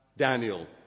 Daniel